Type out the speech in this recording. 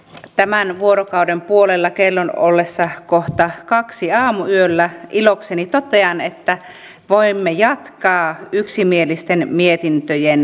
tämän vuorokauden puolella kellon ollessa kohta kaksi aamuyöllä ilokseni totean että voimme jatkaa yksimielisten mietintöjen sarjaa